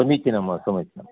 समीचीनं समीचीनम्